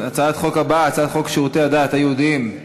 אדוני היושב-ראש,